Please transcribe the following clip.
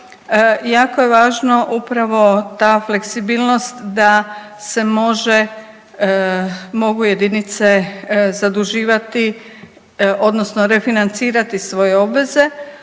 jako je važno upravo ta fleksibilnost da se mogu jedinice zaduživati odnosno refinancirati svoje obveze.